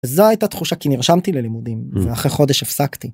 זו הייתה תחושה כי נרשמתי ללימודים ואחרי חודש הפסקתי.